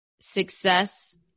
success